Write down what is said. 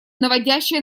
наводящее